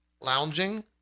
lounging